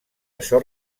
açò